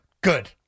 Good